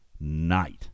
night